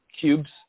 cubes